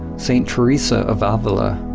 saint teresa of avila